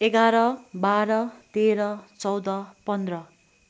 एघार बाह्र तेह्र चौध पन्ध्र